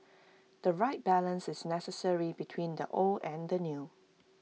the right balance is necessary between the old and the new